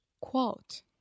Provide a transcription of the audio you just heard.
Quote